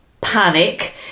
panic